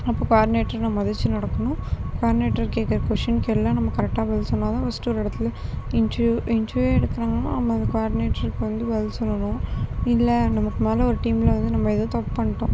அப்போது குவாடினேட்டரை நம்ம மதிச்சு நடக்கணும் குவாடினேட்டர் கேட்கற கொஸ்டினுக்கு எல்லாம் நம்ம கரெட்டாக பதில் சொன்னால்தான் ஃபஸ்ட்டு ஒரு இடத்துல இன்ட்ர்வியூ இன்ட்ர்வியூ எடுக்கிறவங்களும் அந்தந்த குவாடினேட்டருக்கு வந்து பதில் சொல்லணும் இல்லை நமக்கு மேல் ஒரு டீமில் வந்து நம்ம ஏதோ தப்பு பண்ணிட்டோம்